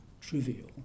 trivial